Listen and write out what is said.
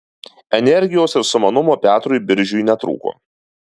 energijos ir sumanumo petrui biržiui netrūko